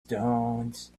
stones